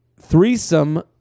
threesome